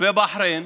ובחריין